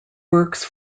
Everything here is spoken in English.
works